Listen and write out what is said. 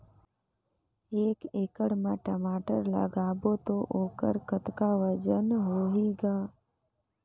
एक एकड़ म टमाटर लगाबो तो ओकर कतका वजन होही ग?